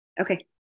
Okay